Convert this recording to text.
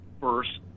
first